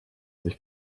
sich